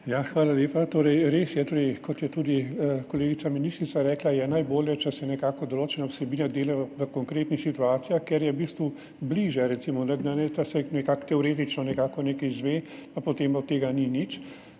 Hvala lepa. Res je, kot je tudi kolegica ministrica rekla, najbolje je, če se nekako določena vsebina dela v konkretnih situacijah, ker je v bistvu bližje, kot da se nekako teoretično nekaj izve in potem od tega ni nič.